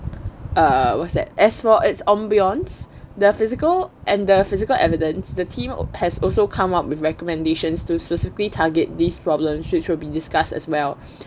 err what's that as for its ambiance the physical and the physical evidence the team has also come up with recommendations to specifically target these problems which will be discussed as well